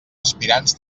aspirants